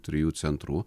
trijų centrų